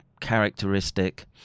characteristic